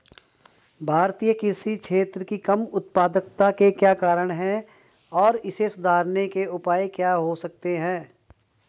भारतीय कृषि क्षेत्र की कम उत्पादकता के क्या कारण हैं और इसे सुधारने के उपाय क्या हो सकते हैं?